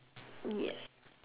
yes